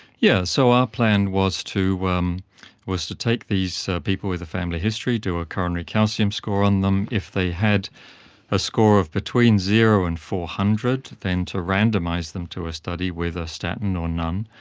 yeah so our plan was to um was to take these people with a family history, do a coronary calcium score on them. if they had a score of between zero and four hundred, then to randomise them to a study with a statin or none.